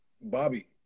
Bobby